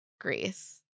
Greece